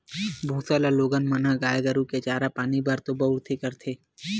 भूसा ल लोगन मन ह गाय गरु के चारा पानी बर तो बउरबे करथे